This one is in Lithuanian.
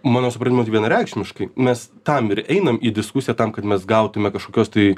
mano supratimu tai vienareikšmiškai mes tam ir einam į diskusiją tam kad mes gautume kažkokios tai